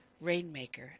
Rainmaker